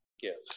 gives